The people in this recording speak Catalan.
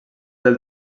del